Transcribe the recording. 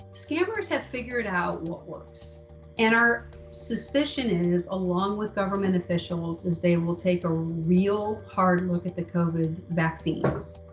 scammers have figured out what works and our suspicion is, along with government officials, is they will take a real hard and look at the covid vaccines.